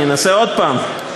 אנסה עוד פעם.